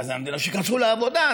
ואז, המדינה: שייכנסו לעבודה.